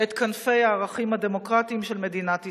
את כנפי הערכים הדמוקרטיים של מדינת ישראל.